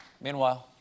Meanwhile